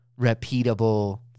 repeatable